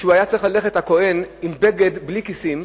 שהכוהן היה צריך ללכת עם בגד בלי כיסים,